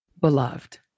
beloved